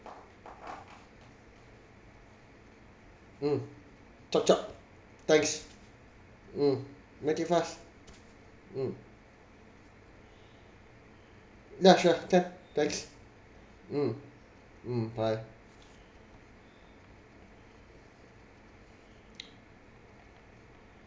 mm chop chop thanks mm make it fast mm yeah sure can thanks mm mm bye